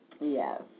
Yes